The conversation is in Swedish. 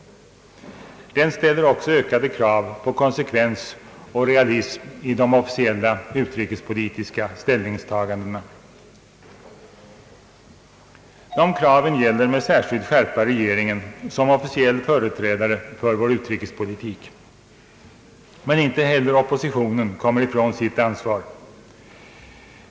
Den ställer också ökade krav på konsekvens och realism i de officiella utrikespolitiska ställningstagandena. De kraven gäller med särskild skärpa regeringen som officiell företrädare för vår utrikespolitik, men inte heller oppositionen kommer ifrån sitt ansvar.